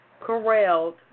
corralled